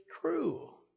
true